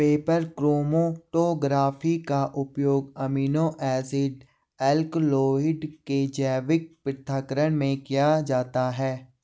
paper chromatography का उपयोग amino acid alkaloid के जैविक पृथक्करण में किया जाता है